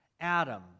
Adam